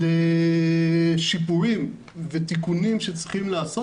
על שיפורים ותיקונים שצריכים להיעשות,